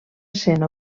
essent